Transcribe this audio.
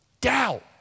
doubt